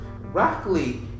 rockley